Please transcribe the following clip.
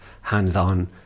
hands-on